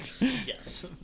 Yes